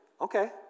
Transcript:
okay